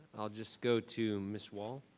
i'll just go to ms. wall.